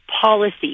policy